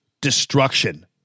destruction